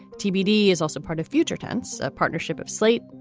tbd is also part of future tense, a partnership of slate,